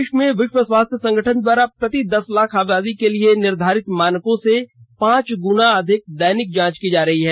देश में विश्वा स्वास्थ्य संगठन द्वारा प्रति दस लाख आबादी के लिए निर्धारित मानकों से पांच गुना अधिक दैनिक जांच की जा रही है